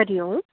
हरिः ओम्